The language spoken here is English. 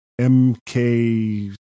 MK